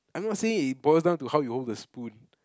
I'm not saying it boils down to how you hold the spoon